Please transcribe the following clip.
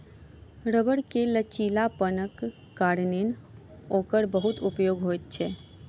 रबड़ के लचीलापनक कारणेँ ओकर बहुत उपयोग होइत अछि